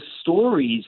stories